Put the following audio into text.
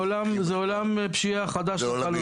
זה עולם חדש לחלוטין.